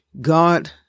God